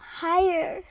higher